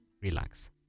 relax